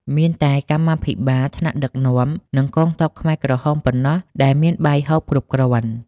មានតែកម្មាភិបាល ថ្នាក់ដឹកនាំ និងកងទ័ពខ្មែរក្រហមប៉ុណ្ណោះដែលមានបាយហូបគ្រប់គ្រាន់។